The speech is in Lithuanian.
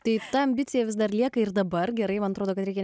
tai ta ambicija vis dar lieka ir dabar gerai man atrodo kad reikia